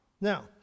Now